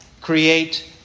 create